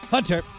Hunter